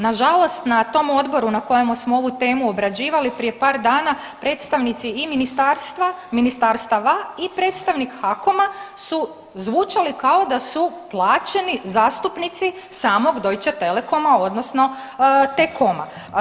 Nažalost, na tom odboru na kojemu smo ovu temu obrađivali prije par dana, predstavnici i ministarstva, ministarstava i predstavnik HAKOM-a su zvučali kao da su plaćeni zastupnici samog Deutsche Telekoma odnosno Tcom-a.